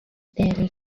daily